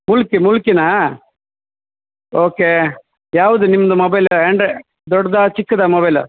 ಮುಲ್ಕಿ ಮುಲ್ಕಿನಾ ಓಕೇ ಯಾವ್ದು ನಿಮ್ದು ಮೊಬೈಲ್ ಆ್ಯಂಡ್ರೆ ದೊಡ್ಡದ ಚಿಕ್ಕದ ಮೊಬೈಲ್